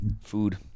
food